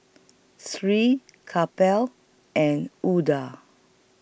Sri Kapil and Udai